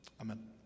Amen